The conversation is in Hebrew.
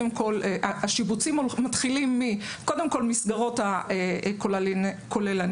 השיבוצים מתחילים קודם כל מהמסגרות הכוללניות,